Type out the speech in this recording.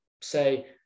say